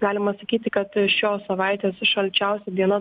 galima sakyti kad šios savaitės šalčiausia diena prie